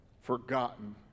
Forgotten